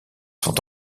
sont